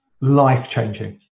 life-changing